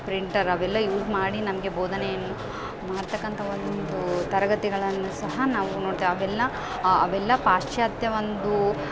printer ಅವೆಲ್ಲ use ಮಾಡಿ ನಮಗೆ ಬೋಧನೆಯನ್ ಮಾಡ್ತಕ್ಕಂಥ ಒಂದು ತರಗತಿಗಳನ್ನು ಸಹ ನಾವು ನೋಡ್ತೆವೆ ಅವೆಲ್ಲ ಅವೆಲ್ಲ ಪಾಶ್ಚಾತ್ಯ ಒಂದು